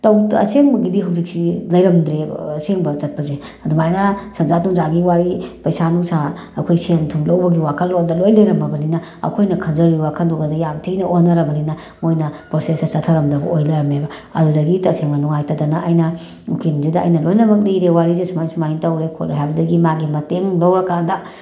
ꯑꯁꯦꯡꯕꯒꯤꯗꯤ ꯍꯧꯖꯤꯛꯁꯤ ꯂꯩꯔꯝꯗ꯭ꯔꯦꯕ ꯑꯁꯦꯡꯕ ꯆꯠꯄꯁꯦ ꯑꯗꯨꯃꯥꯏꯅ ꯁꯦꯟꯖꯥ ꯊꯨꯝꯖꯥꯒꯤ ꯋꯥꯔꯤ ꯄꯩꯁꯥ ꯅꯨꯡꯁꯥ ꯑꯩꯈꯣꯏ ꯁꯦꯟ ꯊꯨꯝ ꯂꯧꯕꯒꯤ ꯋꯥꯈꯜꯂꯣꯟꯗ ꯂꯣꯏ ꯂꯩꯔꯝꯃꯕꯅꯤꯅ ꯑꯩꯈꯣꯏꯅ ꯈꯟꯖꯔꯤꯕ ꯋꯥꯈꯜꯗꯨꯒꯗꯤ ꯌꯥꯝ ꯊꯤꯅ ꯑꯣꯟꯅꯔꯕꯅꯤꯅ ꯃꯣꯏꯅ ꯄ꯭ꯔꯣꯁꯦꯁꯁꯦ ꯆꯠꯊꯔꯝꯗꯕ ꯑꯣꯏ ꯂꯩꯔꯝꯃꯦꯕ ꯑꯗꯨꯗꯒꯤ ꯇꯁꯦꯡꯅ ꯅꯨꯡꯉꯥꯏꯇꯗꯅ ꯑꯩꯅ ꯎꯀꯤꯜꯁꯤꯗ ꯑꯩꯅ ꯂꯣꯏꯅꯃꯛ ꯂꯤꯔꯦ ꯋꯥꯔꯤꯖꯁꯦ ꯁꯨꯃꯥꯏ ꯁꯨꯃꯥꯏ ꯇꯧꯔꯦ ꯈꯣꯠꯂꯦ ꯍꯥꯏꯕꯗꯒꯤ ꯃꯥꯒꯤ ꯃꯇꯦꯡ ꯂꯧꯔꯀꯥꯟꯗ